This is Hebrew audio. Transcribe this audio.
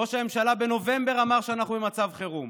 ראש הממשלה בנובמבר אמר שאנחנו במצב חירום.